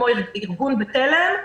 כמו ארגון בתלם,